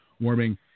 warming